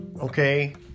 Okay